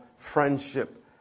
Friendship